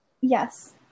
Yes